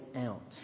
out